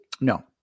No